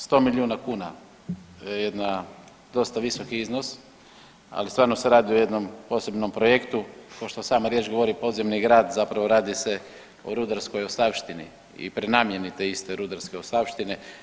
100 milijuna kuna, jedan dosta visoki iznos, ali stvarno se radi o jednom posebnom projektu kao što sama riječ govori podzemni grad, zapravo radi se o rudarskoj ostavštini i prenamjeni te iste rudarske ostavštine.